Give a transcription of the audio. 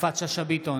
יפעת שאשא ביטון,